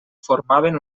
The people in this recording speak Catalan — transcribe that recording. formaven